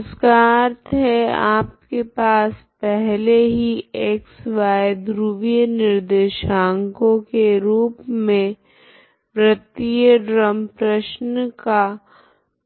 इसका अर्थ है आपके पास पहले ही x y ध्रुवीय निर्देशांकों के रूप मे वृत्तीय ड्रम प्रश्न का